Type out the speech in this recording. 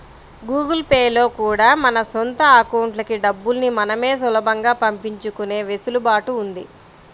Google pay లో కూడా మన సొంత అకౌంట్లకి డబ్బుల్ని మనమే సులభంగా పంపించుకునే వెసులుబాటు ఉంది